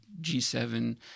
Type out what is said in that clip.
G7